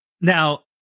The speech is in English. Now